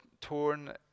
torn